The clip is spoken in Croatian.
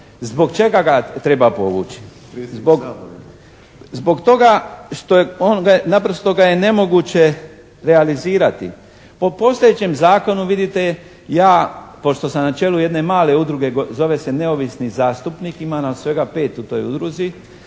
Predsjednik Sabora./… Zbog toga što je on, naprosto ga je nemoguće realizirati. Po postojećem zakonu vidite ja pošto sam na čelu jedne male udruge zove se Neovisni zastupnik, ima nas svega pet u toj udruzi,